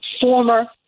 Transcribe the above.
former